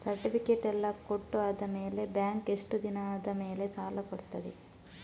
Certificate ಎಲ್ಲಾ ಕೊಟ್ಟು ಆದಮೇಲೆ ಬ್ಯಾಂಕ್ ಎಷ್ಟು ದಿನ ಆದಮೇಲೆ ಸಾಲ ಕೊಡ್ತದೆ?